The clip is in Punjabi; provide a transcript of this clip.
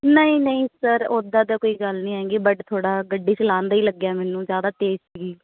ਨਹੀਂ ਨਹੀਂ ਸਰ ਉੱਦਾਂ ਤਾਂ ਕੋਈ ਗੱਲ ਨਹੀਂ ਹੈਗੀ ਬਟ ਥੋੜ੍ਹਾ ਗੱਡੀ ਚਲਾਉਣ ਦਾ ਹੀ ਲੱਗਿਆ ਮੈਨੂੰ ਜ਼ਿਆਦਾ ਤੇਜ਼ ਸੀਗੀ